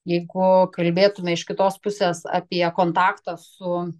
jeigu kalbėtume iš kitos pusės apie kontaktą su